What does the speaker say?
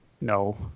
No